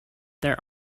there